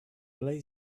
play